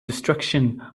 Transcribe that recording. destruction